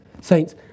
Saints